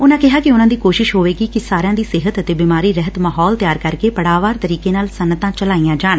ਉਨਾਂ ਕਿਹਾ ਕਿ ਉਨਾਂ ਦੀ ਕੋਸ਼ਿਸ਼ ਹੋਵੇਗੀ ਕਿ ਸਾਰਿਆਂ ਦੀ ਸਿਹਤ ਅਤੇ ਬਿਮਾਰੀ ਰਹਿਤ ਮਾਹੌਲ ਤਿਆਰ ਕਰਕੇ ਪੜਾਅਵਾਰ ਤਰੀਕੇਂ ਨਾਲ ਸਨੱਅਤਾਂ ਚਲਾਈਆਂ ਜਾਣ